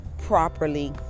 properly